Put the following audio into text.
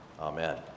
Amen